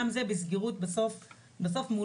גם זה בסופו של דבר חייב להיסגר מולנו.